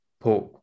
pork